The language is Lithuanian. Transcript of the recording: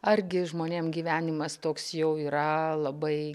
argi žmonėm gyvenimas toks jau yra labai